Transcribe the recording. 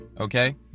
Okay